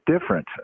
different